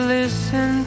listen